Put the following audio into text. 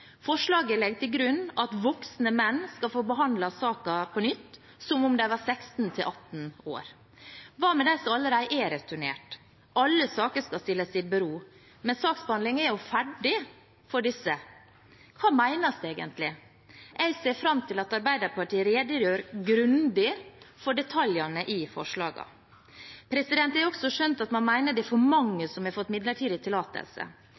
Forslaget legger til grunn at voksne menn skal få behandlet saken på nytt som om de var 16–18 år. Hva med dem som allerede er returnert? Alle saker skal stilles i bero, men saksbehandlingen er jo ferdig for disse. Hva menes egentlig? Jeg ser fram til at Arbeiderpartiet redegjør grundig for detaljene i forslagene. Jeg har også skjønt at man mener det er for mange som har fått midlertidig tillatelse.